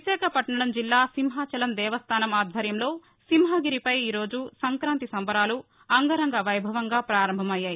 విశాఖపట్టణం జిల్లా సింహాచలం దేవస్దానం ఆధ్వర్యంలో సింహగిరిపై ఈరోజు సంక్రాంతి సంబరాలు అంగరంగ వైభవంగా ప్రారంభమయ్యాయి